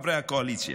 חברי הקואליציה: